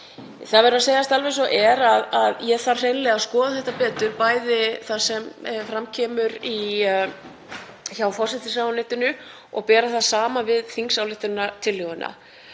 Það verður að segjast alveg eins og er að ég þarf hreinlega að skoða þetta betur, m.a. það sem fram kemur hjá forsætisráðuneytinu, og bera það saman við þingsályktunartillöguna.